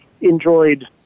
enjoyed